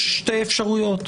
יש שתי אפשרויות.